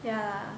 yeah